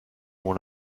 mon